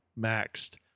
maxed